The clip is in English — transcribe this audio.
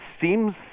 seems